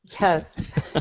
Yes